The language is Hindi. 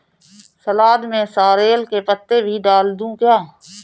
सलाद में सॉरेल के पत्ते भी डाल दूं क्या?